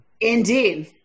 Indeed